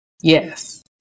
Yes